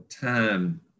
time